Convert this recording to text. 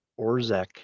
Orzek